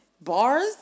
bars